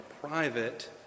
private